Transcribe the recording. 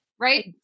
right